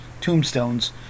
tombstones